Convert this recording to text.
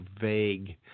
vague